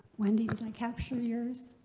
wendy, did i capture yours?